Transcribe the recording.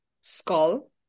skull